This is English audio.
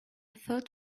thought